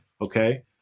Okay